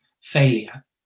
failure